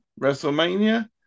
Wrestlemania